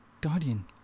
Guardian